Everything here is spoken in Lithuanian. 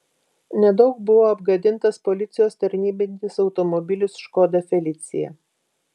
nedaug buvo apgadintas policijos tarnybinis automobilis škoda felicia